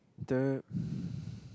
the